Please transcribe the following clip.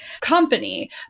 company